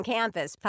Campus